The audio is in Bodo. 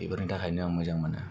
बेफोरनि थाखायनो आं मोजां मोनो